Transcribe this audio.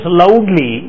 loudly